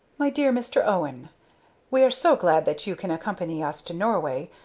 my dear mr. owen we are so glad that you can accompany us to norway,